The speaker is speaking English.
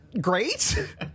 great